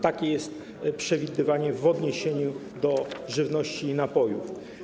Takie jest przewidywanie w odniesieniu do żywności i napojów.